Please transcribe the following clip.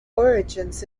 origins